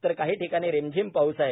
तर काही ठिकाणी रिमझिम पाऊस आहे